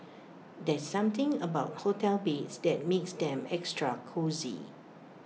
there's something about hotel beds that makes them extra cosy